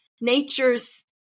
nature's